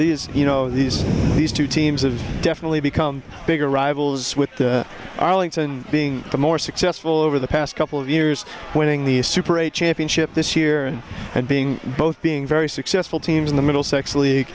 these you know these these two teams of definitely become bigger rivals with the arlington being more successful over the past couple of years winning the super eight championship this year and being both being very successful teams in the middle sex